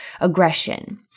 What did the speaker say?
aggression